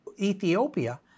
Ethiopia